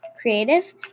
Creative